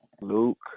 Luke